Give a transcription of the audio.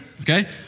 Okay